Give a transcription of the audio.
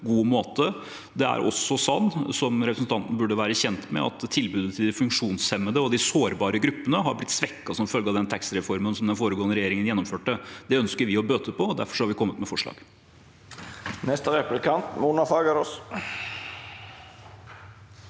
Det er også sånn, som representanten burde være kjent med, at tilbudet til de funksjonshemmede og de sårbare gruppene har blitt svekket som følge av den taxireformen den foregående regjeringen gjennomførte. Det ønsker vi å bøte på, og derfor har vi kommet med forslag.